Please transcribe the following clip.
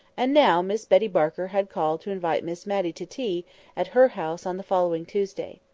and now miss betty barker had called to invite miss matty to tea at her house on the following tuesday.